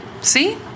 See